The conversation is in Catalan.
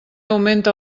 augmenta